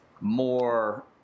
more